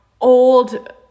old